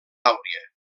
àuria